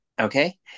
Okay